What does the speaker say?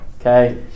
Okay